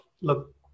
look